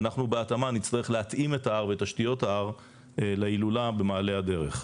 ואנחנו בהתאמה נצטרך להתאים את ההר ואת תשתיות ההר להילולה במעלה הדרך.